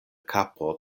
kapo